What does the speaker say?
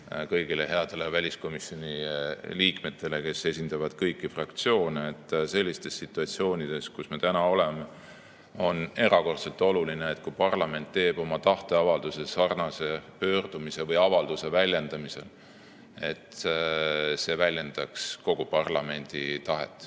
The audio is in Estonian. kõigile headele väliskomisjoni liikmetele, kes esindavad kõiki fraktsioone –, et sellistes situatsioonides, kus me täna oleme, on erakordselt oluline, et kui parlamentteeb tahteavalduse, pöördumise või avalduse oma [tahte] väljendamiseks, siis väljendaks see kogu parlamendi tahet. See